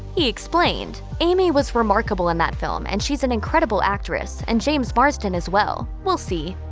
he explained, amy was remarkable in that film and she's an incredible actress, and james marsden as well. we'll see.